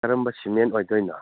ꯀꯔꯝꯕ ꯁꯤꯃꯦꯟ ꯑꯣꯏꯗꯣꯏꯅꯣ